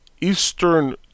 Eastern